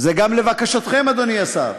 זה גם לבקשתכם, אדוני השר.